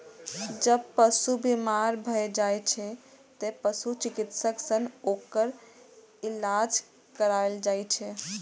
जब पशु बीमार भए जाइ छै, तें पशु चिकित्सक सं ओकर इलाज कराएल जाइ छै